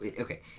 Okay